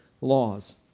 laws